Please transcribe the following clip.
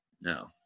No